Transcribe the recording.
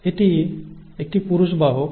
এটি একটি পুরুষ বাহক